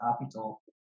capital